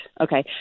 Okay